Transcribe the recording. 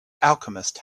alchemist